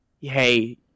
hey